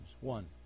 One